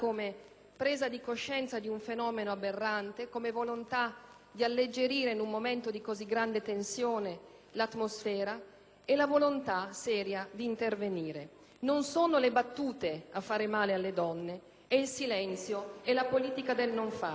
presa di coscienza di un fenomeno aberrante, come la volontà di alleggerire l'atmosfera in un momento di così grande tensione, come la volontà seria di intervenire. Non sono le battute a far male alle donne: è il silenzio, è la politica del non fare.